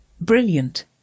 Brilliant